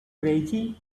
crazy